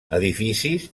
edificis